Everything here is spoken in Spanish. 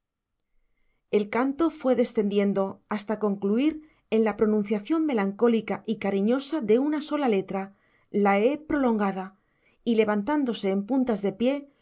el canto fue descendiendo hasta concluir en la pronunciación melancólica y cariñosa de una sola letra la e prolongada y levantándose en puntas de pie